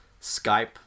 Skype